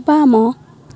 ବାମ